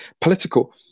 political